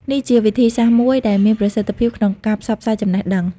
នេះជាវិធីសាស្ត្រមួយដែលមានប្រសិទ្ធភាពក្នុងការផ្សព្វផ្សាយចំណេះដឹង។